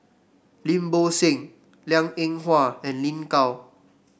Lim Bo Seng Liang Eng Hwa and Lin Gao